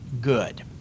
good